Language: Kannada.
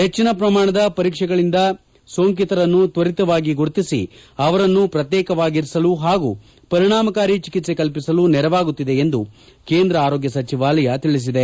ಹೆಚ್ಚಿನ ಪ್ರಮಾಣದ ಪರೀಕ್ಷೆಗಳಿಂದ ಸೋಂಕಿತರನ್ನು ತ್ವರಿತವಾಗಿ ಗುರುತಿಸಿ ಅವರನ್ನು ಪ್ರತ್ಯೇಕವಾಗಿರಿಸಲು ಹಾಗೂ ಪರಿಣಾಮಕಾರಿ ಚಿಕಿತ್ಸೆ ಕಲ್ಪಿಸಲು ನೆರವಾಗುತ್ತಿದೆ ಎಂದು ಕೇಂದ್ರ ಆರೋಗ್ಯ ಸಚಿವಾಲಯ ತಿಳಿಸಿದೆ